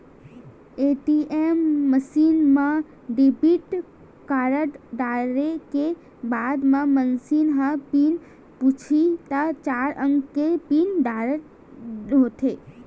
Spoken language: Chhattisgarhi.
ए.टी.एम मसीन म डेबिट कारड डारे के बाद म मसीन ह पिन पूछही त चार अंक के पिन डारना होथे